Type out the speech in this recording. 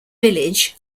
village